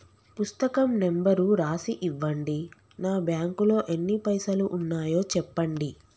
పుస్తకం నెంబరు రాసి ఇవ్వండి? నా బ్యాంకు లో ఎన్ని పైసలు ఉన్నాయో చెప్పండి?